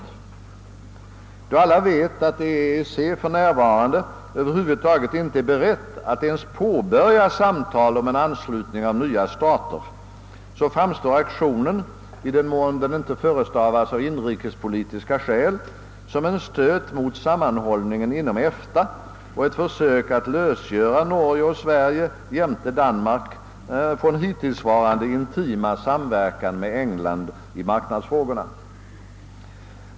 Mot bakgrunden av att alla vet att EEC för närvarande över huvud taget inte är berett att ens påbörja samtal om en anslutning av nya stater framstår aktionen — i den mån den inte förestavas av inrikespolitiska skäl — som en stöt mot sammanhållningen inom EFTA och ett försök att lösgöra Norge och Sverige jämte Danmark från den hittillsvarande intima samverkan med England i marknadsfrågorna.